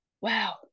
wow